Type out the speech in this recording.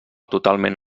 totalment